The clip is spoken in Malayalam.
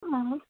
ആ